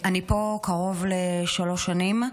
אני פה קרוב לשלוש שנים.